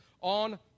on